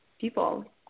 people